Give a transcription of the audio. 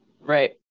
right